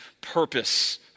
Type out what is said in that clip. purpose